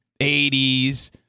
80s